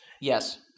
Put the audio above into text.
Yes